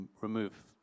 remove